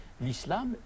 l'islam